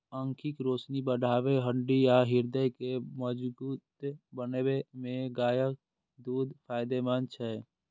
आंखिक रोशनी बढ़बै, हड्डी आ हृदय के मजगूत बनबै मे गायक दूध फायदेमंद छै